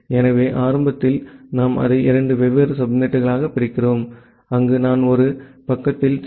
எனவே ஆரம்பத்தில் நாம் அதை இரண்டு வெவ்வேறு சப்நெட்டுகளாகப் பிரிக்கிறோம் அங்கு நான் ஒரு பக்கத்தில் சி